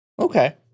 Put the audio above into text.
okay